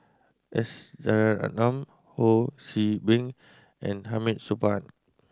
S Rajaratnam Ho See Beng and Hamid Supaat